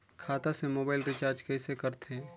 खाता से mobile recharge कइसे करथे